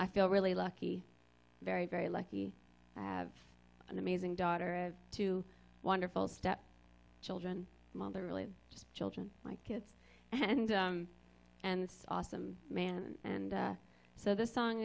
i feel really lucky very very lucky i have an amazing daughter and two wonderful step children the really just children like kids and and it's awesome man and so the song